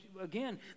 again